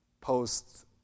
post